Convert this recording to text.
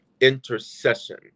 Intercession